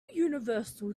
universal